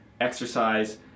exercise